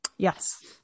Yes